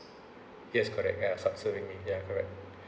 yes correct ya some sort maybe ya correct